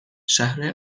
شهر